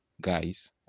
guys